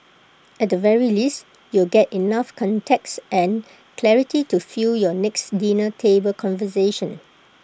at the very least you'll get enough context and clarity to fuel your next dinner table conversation